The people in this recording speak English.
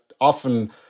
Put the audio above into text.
often